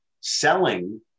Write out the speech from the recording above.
selling